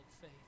faith